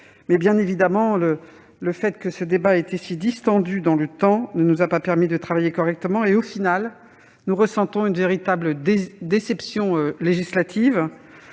Mais, bien entendu, le fait que le débat ait été si distendu ne nous a pas permis de travailler correctement. Finalement, nous ressentons une véritable déception législative